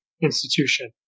institution